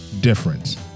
difference